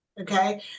Okay